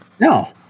No